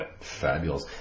Fabulous